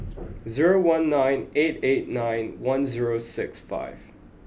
zero one nine eight eight nine one zero six five